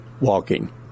walking